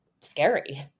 scary